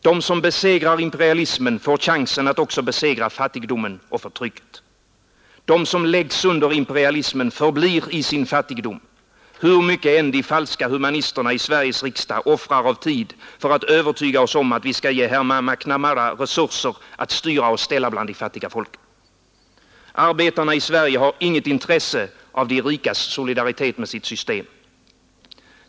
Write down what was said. De som besegrar imperialismen får chansen att också besegra fattigdomen och förtrycket. De som läggs under imperialismen förblir i sin fattigdom, hur mycket än de falska humanisterna i Sveriges riksdag offrar av tid för att övertyga oss om att vi skall ge herr McNamara resurser att styra och ställa bland de fattiga folken. Arbetarna i Sverige har inget intresse av de rikas solidaritet med sitt system.